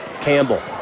Campbell